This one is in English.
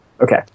Okay